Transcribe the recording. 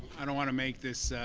i don't want to make this